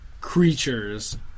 creatures